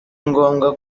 ngombwa